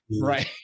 right